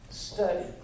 study